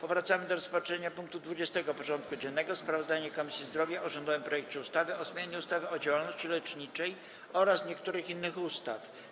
Powracamy do rozpatrzenia punktu 20. porządku dziennego: Sprawozdanie Komisji Zdrowia o rządowym projekcie ustawy o zmianie ustawy o działalności leczniczej oraz niektórych innych ustaw.